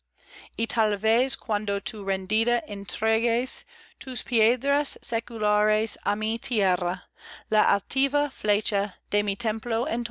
y tal vez cuando tú rendida entregues tus piedras seculares á mi tierra la altiva flecha de mi templo